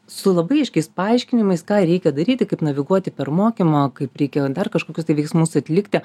su labai aiškiais paaiškinimais ką reikia daryti kaip naviguoti per mokymą kaip reikia dar kažkokius tai veiksmus atlikti